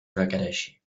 requereixi